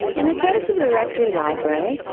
in the case of the rectory library,